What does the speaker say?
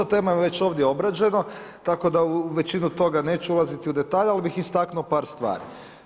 Dosta tema je već ovdje obrađeno, tako da u većinu toga neću ulaziti u detalje ali bih istaknuo par stvari.